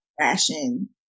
fashion